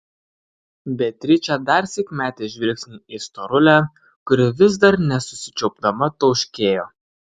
beatričė darsyk metė žvilgsnį į storulę kuri vis dar nesusičiaupdama tauškėjo